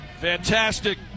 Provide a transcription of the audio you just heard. fantastic